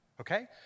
okay